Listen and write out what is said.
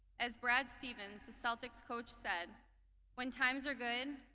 as brad stevens, the celtics coach, said when times are good,